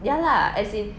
ya lah as in